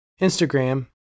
Instagram